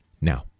Now